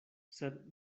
sed